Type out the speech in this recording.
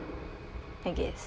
I guess